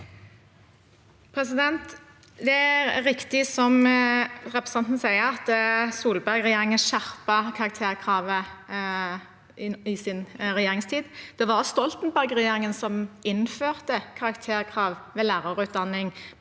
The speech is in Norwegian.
Det er rik- tig som representanten sier: Solberg-regjeringen skjerpet karakterkravet i sin regjeringstid. Det var Stoltenberg-regjeringen som innførte karakterkrav ved lærerutdanningen,